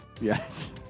Yes